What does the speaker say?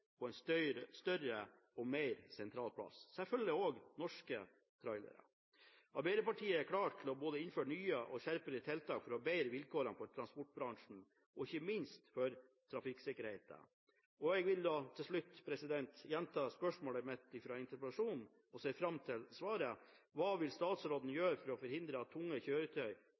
større og mer sentral plass. Det gjelder selvfølgelig også norske trailere. I Arbeiderpartiet er vi klare til å innføre nye og skjerpede tiltak for å bedre vilkårene for transportbransjen og ikke minst for trafikksikkerheten. Jeg vil til slutt gjenta spørsmålet mitt fra interpellasjonsteksten, og jeg ser fram til svaret: Hva vil statsråden gjøre for å forhindre at tunge kjøretøy